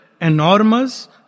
enormous